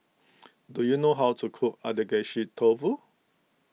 do you know how to cook Agedashi Dofu